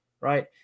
right